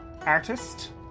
artist